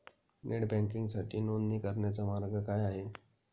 Net बँकिंगसाठी नोंदणी करण्याचा मार्ग काय आहे?